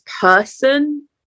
person